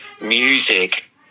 music